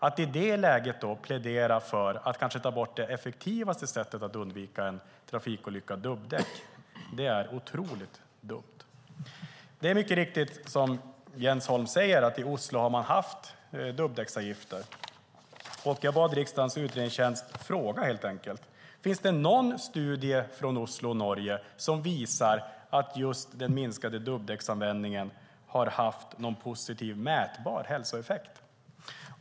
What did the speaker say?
Att i det läget plädera för att ta bort det kanske effektivaste sättet att undvika en trafikolycka, nämligen dubbdäck, är otroligt dumt. Det är mycket riktigt som Jens Holm säger att man i Oslo har haft dubbdäcksavgifter. Jag bad riksdagens utredningstjänst att fråga: Finns det någon studie från Oslo och Norge som visar att just den minskade dubbdäcksanvändningen har haft någon mätbar positiv hälsoeffekt?